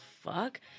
fuck